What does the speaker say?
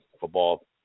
football